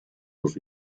los